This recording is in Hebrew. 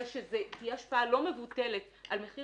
אבל שתהיה השפעה לא מבוטלת על מחיר